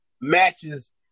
matches